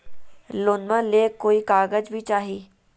लोनमा ले कोई कागज भी चाही?